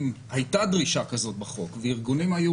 אם הייתה דרישה כזאת בחוק וארגונים היו